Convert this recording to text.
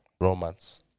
romance